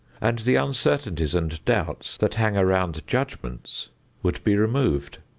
and the uncertainties and doubts that hang around judgments would be removed.